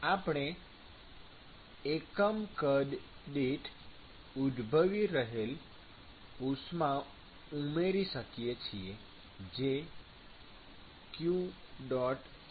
આપણે એકમ કદ દીઠ ઉદભવી રહેલ ઉષ્મા ઉમેરી શકીએ છીએ જે q છે